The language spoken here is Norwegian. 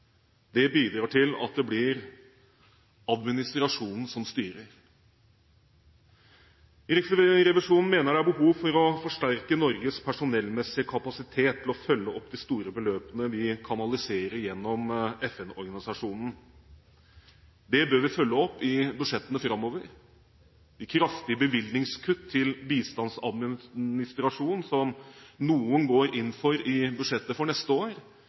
Det bidrar til at det blir administrasjonen som styrer. Riksrevisjonen mener det er behov for å forsterke Norges personellmessige kapasitet til å følge opp de store beløpene vi kanaliserer gjennom FN-organisasjonen. Det bør vi følge opp i budsjettene framover. Kraftige bevilgningskutt til bistandsadministrasjon, som noen går inn for i budsjettet for neste år,